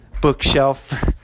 bookshelf